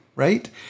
Right